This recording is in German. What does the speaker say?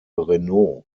renault